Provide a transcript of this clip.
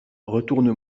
retourne